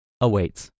awaits